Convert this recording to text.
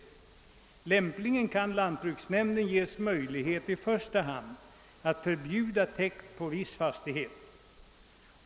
Och departementschefen skriver vidare: >»Lämpligen kan lantbruksnämnden ges möjlighet i första hand att förbjuda täkt på viss fastighet.